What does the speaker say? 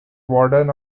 warden